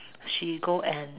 she go and